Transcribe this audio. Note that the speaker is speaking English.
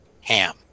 ham